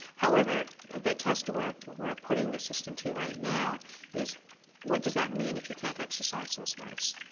however, the test we're we're putting the system to right now is what does that mean if you can't exercise those rights?